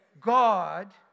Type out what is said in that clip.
God